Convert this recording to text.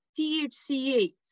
THCA